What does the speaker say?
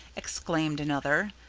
exclaimed another.